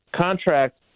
contract